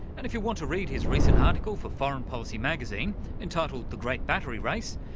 and if you want to read his recent article for foreign policy magazine entitled the great battery race,